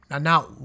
Now